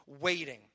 waiting